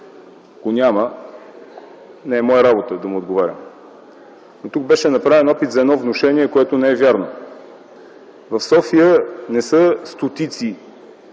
го няма, не е моя работа да му отговарям. Тук беше направен опит за едно внушение, което не е вярно. В София не са стотици